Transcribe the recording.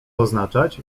oznaczać